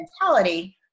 mentality